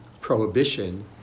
prohibition